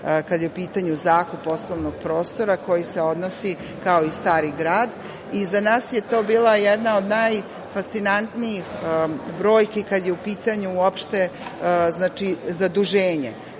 kada je u pitanju zakup poslovnog prostora koji se odnosi kao i Stari Grad. Za nas je to bila jedna od najfascinantnijih brojki kada je u pitanju zaduženje. Oni